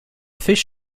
fisch